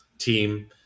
Team